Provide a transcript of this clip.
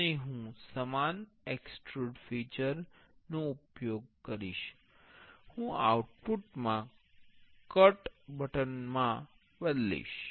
અને હું સમાન એક્સટૃડ ફિચર નો ઉપયોગ કરીશ હું આઉટપુટ માં કટ મા બદલીશ